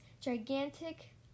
gigantic